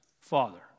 Father